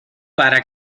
para